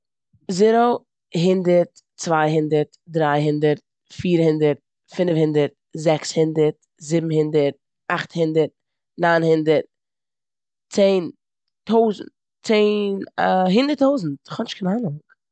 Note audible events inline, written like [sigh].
זערא, הונדערט, צוויי הונדערט, דריי הונדערט, פיר הונדערט, פינף הונדערט, זעקס הונדערט, זיבן הונדערט, אכט הונדערט, ניין הונדערט, צען טויזנט- צען [hesitation] הונדערט טויזנט, כ'האב נישט קיין אנונג.